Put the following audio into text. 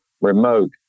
remote